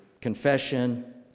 confession